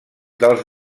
dels